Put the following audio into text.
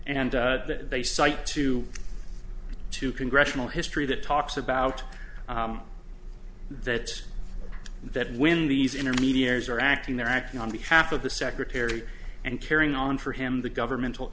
and that they cite to two congressional history that talks about that that when these intermediaries are acting they're acting on behalf of the secretary and carrying on for him the governmental